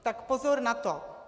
Tak pozor na to.